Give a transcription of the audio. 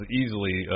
easily